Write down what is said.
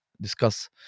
discuss